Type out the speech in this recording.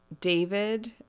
David